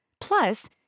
Plus